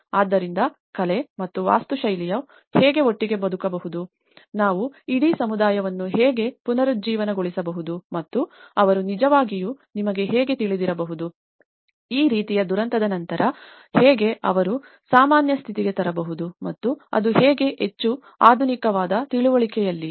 ಆದ್ದರಿಂದ ಕಲೆ ಮತ್ತು ವಾಸ್ತುಶೈಲಿಯು ಹೇಗೆ ಒಟ್ಟಿಗೆ ಬರಬಹುದು ನಾವು ಇಡೀ ಸಮುದಾಯವನ್ನು ಹೇಗೆ ಪುನರುಜ್ಜೀವನಗೊಳಿಸಬಹುದು ಮತ್ತು ಅವರು ನಿಜವಾಗಿಯೂ ನಿಮಗೆ ಹೇಗೆ ತಿಳಿದಿರಬಹುದು ಈ ರೀತಿಯ ದುರಂತದ ನಂತರ ಹೇಗೆ ಅವರು ಹೇಗೆ ಸಾಮಾನ್ಯ ಸ್ಥಿತಿಗೆ ತರಬಹುದು ಮತ್ತು ಅದು ಹೇಗೆ ಹೆಚ್ಚು ಆಧುನಿಕವಾದ ತಿಳುವಳಿಕೆಯಲ್ಲಿ